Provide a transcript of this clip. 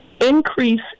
increase